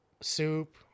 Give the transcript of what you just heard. soup